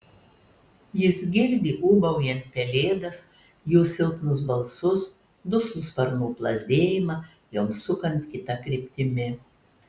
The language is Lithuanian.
jis girdi ūbaujant pelėdas jų silpnus balsus duslų sparnų plazdėjimą joms sukant kita kryptimi